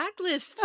backlist